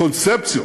קונספציות